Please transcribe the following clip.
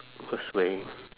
worst way